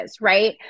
right